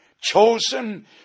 Chosen